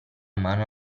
mano